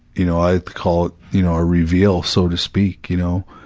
you know, i call it, you know a reveal, so to speak, you know,